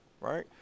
Right